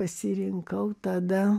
pasirinkau tada